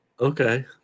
Okay